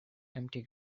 empty